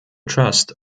trust